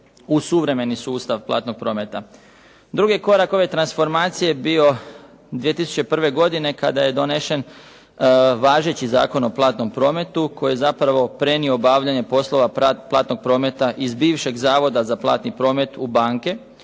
u suvremeni sustav platnog prometa. Drugi korak ove transformacije je bio 2001. godine, kada je donešen važeći Zakon o platnom prometu, koji je zapravo prenio obavljanje poslova Platnog prometa iz bivšeg Zavoda za platni promet u banke,